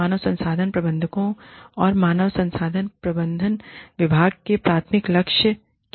मानव संसाधन प्रबंधकों और मानव संसाधन प्रबंधन विभाग के प्राथमिक लक्ष्य क्या हैं